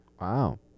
Wow